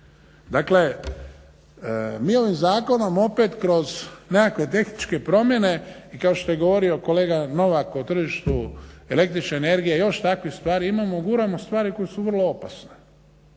Dakle, mi ovim zakonom opet kroz nekakve tehničke promjene i kao što je govorio kolega Novak o tržištu električne energije, još takvih stvari imamo, guramo stvari koje su vrlo opasne.